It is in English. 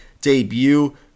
debut